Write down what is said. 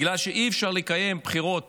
בגלל שאי-אפשר לקיים בחירות